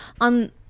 on